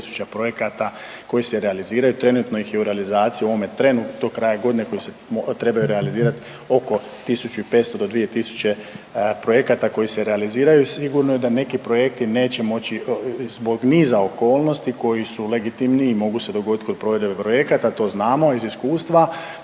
projekata koji se realiziraju. Trenutno ih je u realizaciji u ovome trenu do kraja godine, koji se trebaju realizirati oko 1500 do 2000 projekata koji se realiziraju. Sigurno je da neki projekti neće moći zbog niza okolnosti koji su legitimni i mogu se dogoditi kod provedbe projekata, to znamo iz iskustva,